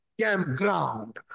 campground